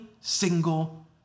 single